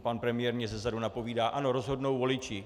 Pan premiér mně zezadu napovídá, ano, rozhodnou voliči.